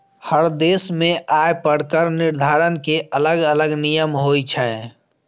हर देश मे आय पर कर निर्धारण के अलग अलग नियम होइ छै